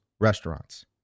restaurants